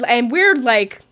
and we're like,